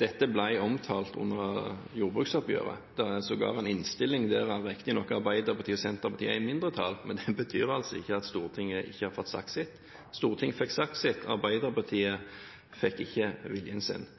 Dette ble omtalt under jordbruksoppgjøret. Det er sågar en innstilling, der Arbeiderpartiet og Senterpartiet riktignok er i mindretall, men det betyr altså ikke at Stortinget ikke har fått sagt sitt. Stortinget fikk sagt sitt. Arbeiderpartiet fikk ikke viljen sin.